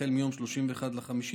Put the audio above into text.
החל מיום 31 במאי,